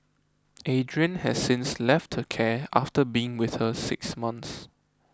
Adrian has since left her care after being with her six months